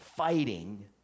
Fighting